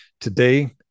today